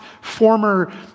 former